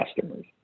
customers